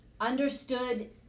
understood